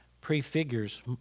prefigures